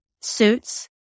suits